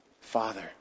Father